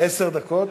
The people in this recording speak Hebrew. עשר דקות.